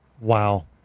Wow